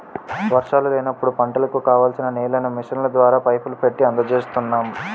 వర్షాలు లేనప్పుడు పంటలకు కావాల్సిన నీళ్ళను మిషన్ల ద్వారా, పైపులు పెట్టీ అందజేస్తున్నాం